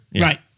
Right